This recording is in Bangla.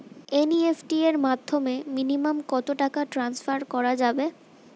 এন.ই.এফ.টি এর মাধ্যমে মিনিমাম কত টাকা টান্সফার করা যাবে?